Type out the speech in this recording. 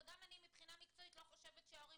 וגם אני מבחינה מקצועית לא חושבת שההורים